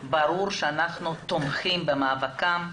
ברור שאנחנו תומכים במאבקם.